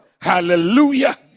Hallelujah